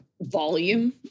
volume